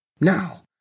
Now